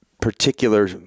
particular